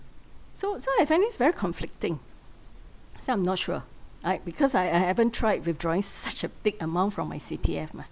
so so I find this very conflicting so I'm not sure I because I I haven't tried withdrawing such a big amount from my C_P_F mah